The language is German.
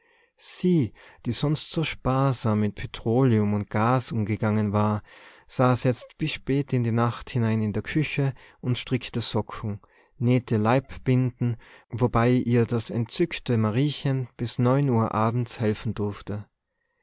sie die sonst so sparsam mit petroleum und gas umgegangen war saß jetzt bis spät in die nacht hinein in der küche und strickte socken nähte leibbinden wobei ihr das entzückte mariechen bis neun uhr abends helfen durfte